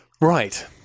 Right